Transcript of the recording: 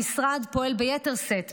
המשרד פועל ביתר שאת,